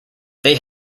they